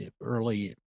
early